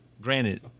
Granted